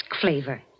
flavor